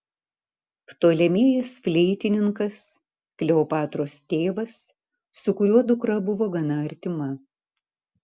ptolemėjas fleitininkas kleopatros tėvas su kuriuo dukra buvo gana artima